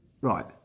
right